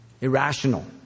Irrational